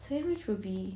second wish will be